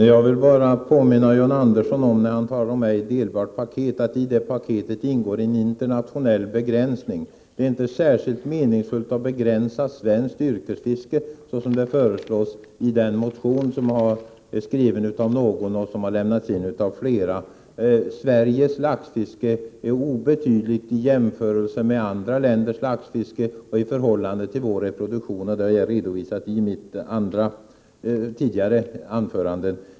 Herr talman! När John Andersson talar om ett ej delbart paket vill jag påminna honom om att det i detta paket ingår en internationell begränsning. Det är inte särskilt meningsfullt att begränsa svenskt yrkesfiske såsom föreslås i en motion. Sveriges laxfiske är obetydligt i jämförelse med andra länders laxfiske och i förhållande till vår reproduktion. Detta har jag redovisat i mitt anförande tidigare.